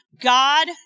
God